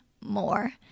more